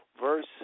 verse